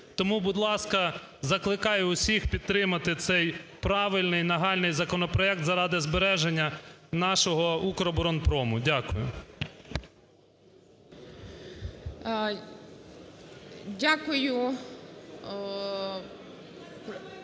Тому, будь ласка, закликаю всіх підтримати цей правильний нагальний законопроект заради збереження нашого "Укроборонпрому". Дякую.